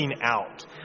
out